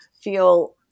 feel